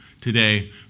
today